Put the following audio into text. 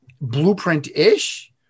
blueprint-ish